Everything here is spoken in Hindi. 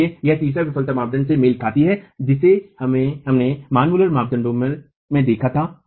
इसलिए यह तीसरी विफलता मानदंड से मेल खाती है जिसे हमने मान मुलर मानदंड में देखा था